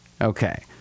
Okay